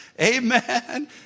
Amen